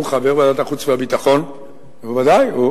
הוא חבר ועדת החוץ והביטחון, בוודאי.